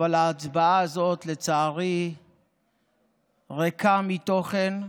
אבל ההצעה הזאת לצערי ריקה מתוכן,